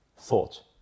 thought